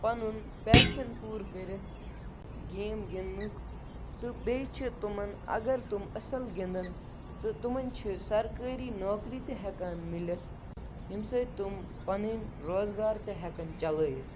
پَنُن پیشَن پوٗرٕ کٔرِتھ گیم گِنٛدنُک تہٕ بیٚیہِ چھِ تِمَن اگر تِم أصٕل گِنٛدَن تہٕ تِمَن چھِ سرکٲری نوکری تہِ ہٮ۪کان مِلِتھ ییٚمہِ سۭتۍ تِم پَنُن روزگار تہِ ہٮ۪کَن چلٲیِتھ